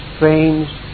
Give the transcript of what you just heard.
strange